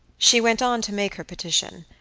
she went on to make her petition,